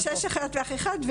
גם אני שש אחיות ואח אחד.